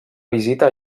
visita